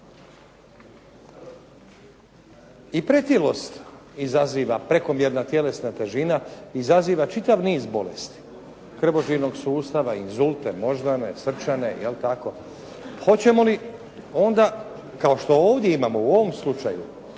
I pretilost izaziva, prekomjerna tjelesna težina izaziva čitav niz bolesti krvožilnog sustava, inzulte, moždane, srčane je li tako? Hoćemo li onda kao što ovdje imamo u ovom slučaju,